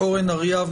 אורן אריאב,